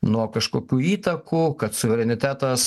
nuo kažkokių įtakų kad suverenitetas